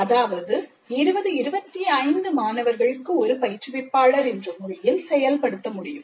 அதாவது 20 25 மாணவர்களுக்கு ஒரு பயிற்றுவிப்பாளர் என்ற முறையில் செயல்படுத்த முடியும்